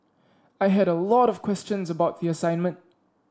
I had a lot of questions about the assignment